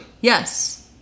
Yes